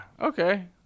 okay